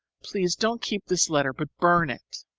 please don't keep this letter, but burn it.